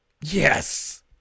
Yes